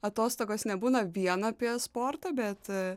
atostogos nebūna vien apie sportą bet